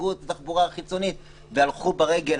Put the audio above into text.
סגרו את התחבורה החיצונית הלכו ברגל.